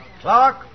Clark